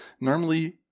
normally